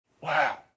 wow